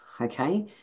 Okay